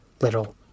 little